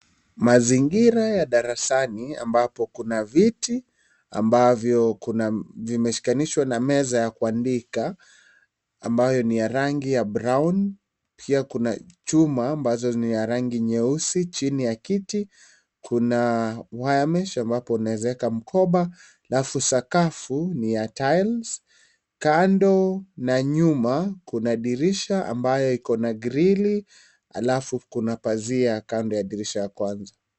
Mazingira ya darasani ambapo kuna viti ambavyo vimeshikanishwa na meza ya kuandika ambayo ni ya rangi ya brown . Pia kuna chuma ambazo ni ya rangi nyeusi. Chini ya kiti kuna wiremesh ambapo unawezaweka mkoba halafu sakafu ni ya tiles . Kando na nyuma kuna dirisha ambayo iko na grili halafu kuna pazia kando ya dirisha ya kwanza.